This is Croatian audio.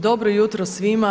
Dobro jutro svima.